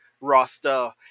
roster